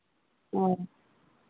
ᱦᱳᱭ